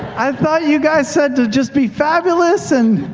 i thought you guys said to just be fabulous and,